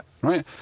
right